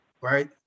right